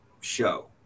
show